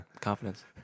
Confidence